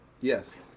Yes